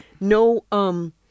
no